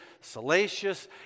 salacious